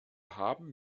haben